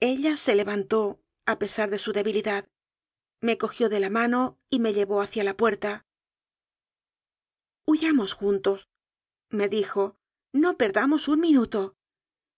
ella se levantó a pesar de su debilidad me co gió de la mano y me llevó hacia la puerta hu yamos juntosme dijo no perdamos un minuto